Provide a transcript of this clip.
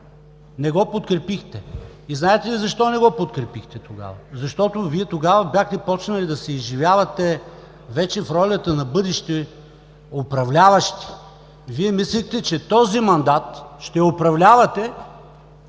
не го подкрепихте. И знаете ли защо не го подкрепихте тогава? Защото Вие тогава бяхте започнали да се изживявате вече в ролята на бъдещи управляващи. Вие мислехте, че този мандат ще управлявате